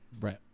Right